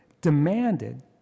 demanded